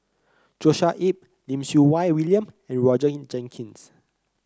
Joshua Ip Lim Siew Wai William and Roger Jenkins